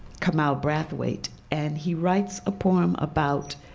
kamau brathwaite. and he writes a poem about